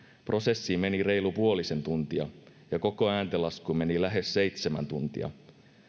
prosessiin meni reilu puolisen tuntia ja koko ääntenlaskuun meni lähes seitsemän tuntia